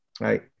right